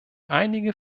einige